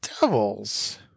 devils